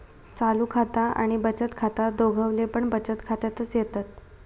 चालू खाता आणि बचत खाता दोघवले पण बचत खात्यातच येतत